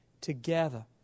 together